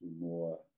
more